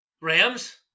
Rams